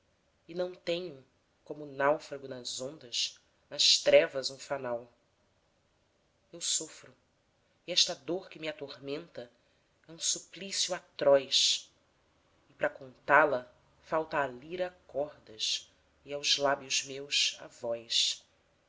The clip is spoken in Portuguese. e não tenho como o náufrago nas ondas nas trevas um fanal eu sofro e esta dor que me atormenta é um suplício atroz e pra contá-la falta à lira cordas e aos lábios meus a